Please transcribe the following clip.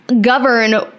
govern